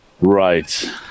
right